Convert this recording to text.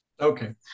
Okay